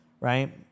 right